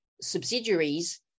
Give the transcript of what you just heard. subsidiaries